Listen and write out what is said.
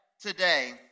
today